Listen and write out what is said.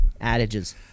adages